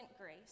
grace